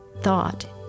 thought